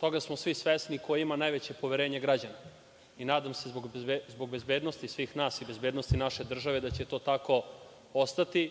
toga smo svi svesni, koje ima najveće poverenje građana i nadam se, zbog bezbednosti svih nas i bezbednosti naše države, da će to tako ostati